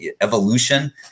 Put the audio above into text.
evolution